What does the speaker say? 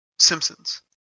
Simpsons